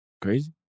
crazy